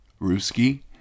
Ruski